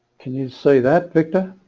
can you say that victor